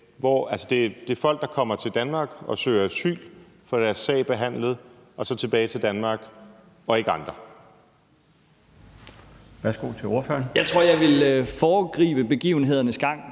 det er folk, der kommer til Danmark og søger asyl, får deres sag behandlet og så kommer tilbage til Danmark – og ikke andre.